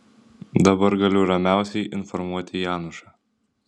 dabar galiu ramiausiai informuoti janušą